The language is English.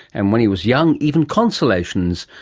and when he was young, even consolations,